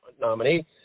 nominee